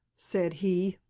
said he.